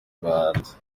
abahanzi